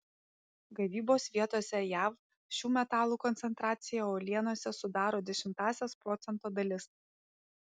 gavybos vietose jav šių metalų koncentracija uolienose sudaro dešimtąsias procento dalis